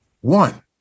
One